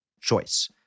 choice